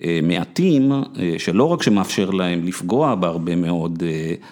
מעטים שלא רק שמאפשר להם לפגוע בהרבה מאוד